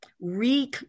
re